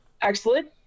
Excellent